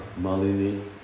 Malini